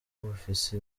bufise